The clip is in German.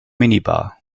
minibar